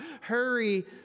Hurry